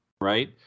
Right